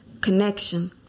connection